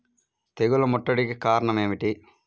తెగుళ్ల ముట్టడికి కారణం ఏమిటి?